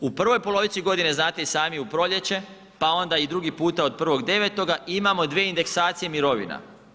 U prvoj polovici godine znate i sami u proljeće, pa onda i drugi puta od 1.9. imamo dvije indeksacije mirovina.